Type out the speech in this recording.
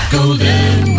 Golden